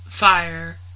fire